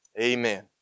Amen